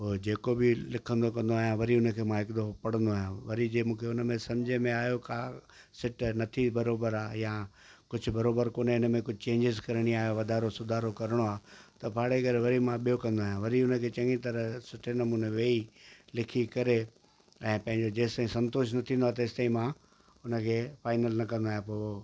हो जेको बि लिखंदो कंदो आहियां वरी उन खे मां हिकु दफ़ो पढ़ंदो आहियां वरी जे मूंखे उन में सम्झ में आहियो का सिट नथी बराबरि आहे या कुझु बराबरि कोन्हे इन में कुझु चेंजिस करणी आहे वधारो सुधारो करिणो आहे त फाड़े करे मां वरी मां ॿियो कंदो आहियां वरी उन खे चङी तरह सुठे नमूने वेही लिखी करे ऐं पंहिंजो जेसि ताईं संतोष न थींदो आहे तेसि ताईं मां उन खे फाइनल न कंदो आहियां पोइ